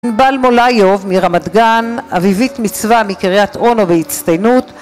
ענבל מולאיוב מרמת גן, אביבית מצווה מקריית אונו בהצטיינות